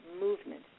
movement